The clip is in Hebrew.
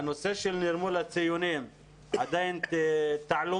הנושא של נירמול הציונים הוא עדיין תעלומה,